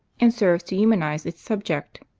and serves to humanize its subject.